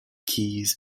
keys